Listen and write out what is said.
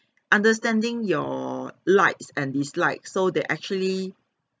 understanding your likes and dislikes so they actually